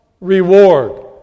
reward